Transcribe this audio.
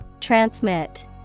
Transmit